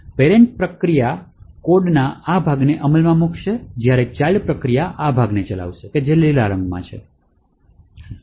તેથી પેરેંટ પ્રક્રિયા કોડના આ ભાગને અમલમાં મૂકશે જ્યારે તેની ચાઇલ્ડ પ્રક્રિયા આ ભાગને ચલાવશે જે લીલા રંગમાં છે